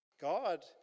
God